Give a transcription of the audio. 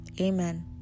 Amen